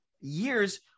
years